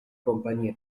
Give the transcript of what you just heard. compagnie